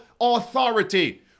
authority